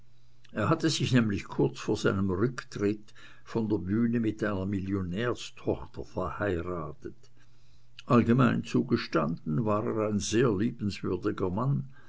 er hatte sich nämlich kurz vor seinem rücktritt von der bühne mit einer millionärstochter verheiratet allgemein zugestanden war er ein sehr liebenswürdiger mann